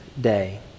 day